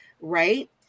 Right